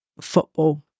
football